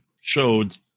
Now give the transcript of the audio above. showed